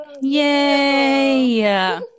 yay